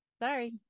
Sorry